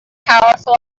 powerful